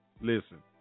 listen